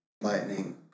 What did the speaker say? Lightning